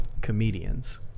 comedians